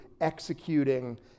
executing